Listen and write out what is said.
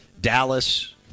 Dallas